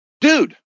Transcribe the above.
dude